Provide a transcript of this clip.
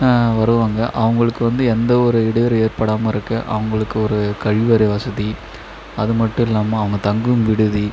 வருவாங்க அவங்களுக்கு வந்து எந்த ஒரு இடையூறு ஏற்படாமல் இருக்க அவங்களுக்கு ஒரு கழிவறை வசதி அது மட்டும் இல்லாமல் அவங்க தங்கும் விடுதி